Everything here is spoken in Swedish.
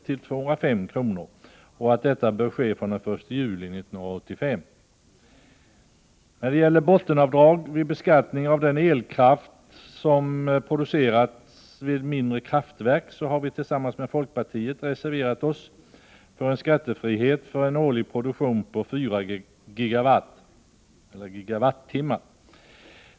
till 205 kr., och detta bör ske från den 1 juli 1985. När det gäller bottenavdrag vid beskattning av den elkraft som producerats vid mindre kraftverk, har vi tillsammans med folkpartiet reserverat oss för en skattefrihet för en årlig produktion av 0,4 GWh.